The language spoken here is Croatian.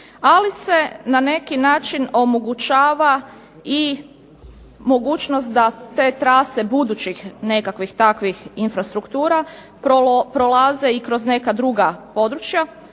ali se na neki način omogućava i mogućnost da te trase budućih nekakvih takvih infrastruktura prolaze i kroz neka druga područja,